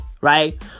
right